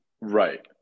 right